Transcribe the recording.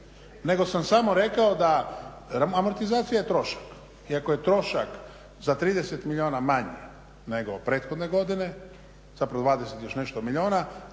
nego sam samo rekao da amortizacija je trošak. I ako je trošak za 30 milijuna manji nego prethodne godine, zapravo 20 i još nešto milijuna,